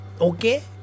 okay